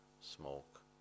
smoke